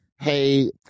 hey